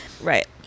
Right